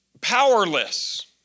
powerless